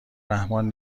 رحمان